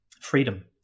freedom